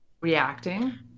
reacting